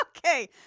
Okay